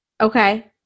Okay